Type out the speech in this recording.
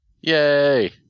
Yay